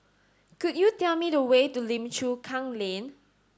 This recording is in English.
could you tell me the way to Lim Chu Kang Lane